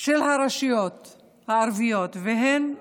של הרשויות הערביות, והם רבים,